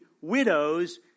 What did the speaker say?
widows